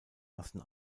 massen